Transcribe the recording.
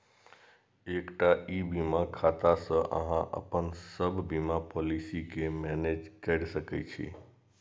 एकटा ई बीमा खाता सं अहां अपन सब बीमा पॉलिसी कें मैनेज कैर सकै छी